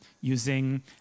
using